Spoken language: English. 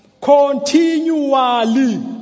Continually